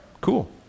cool